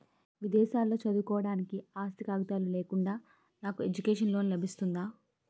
విదేశాలలో చదువుకోవడానికి ఆస్తి కాగితాలు లేకుండా నాకు ఎడ్యుకేషన్ లోన్ లబిస్తుందా?